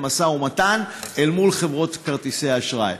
משא ומתן אל מול חברות כרטיסי האשראי.